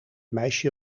meisje